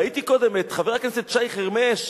ראיתי קודם את חבר הכנסת שי חרמש,